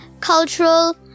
cultural